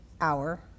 hour